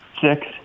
Six